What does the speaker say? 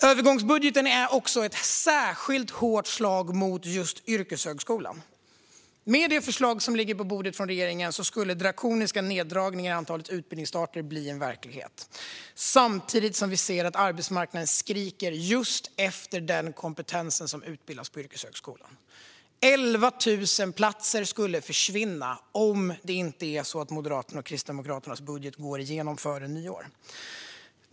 Övergångsbudgeten är också ett särskilt hårt slag mot yrkeshögskolan. Med det förslag som ligger på bordet från regeringen skulle drakoniska neddragningar i antalet utbildningsstarter bli en verklighet, samtidigt som arbetsmarknaden skriker efter just den kompetens som utbildas på yrkeshögskolan. 11 000 platser skulle försvinna om inte Moderaternas och Kristdemokraternas budget skulle gå igenom före nyår.